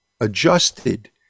adjusted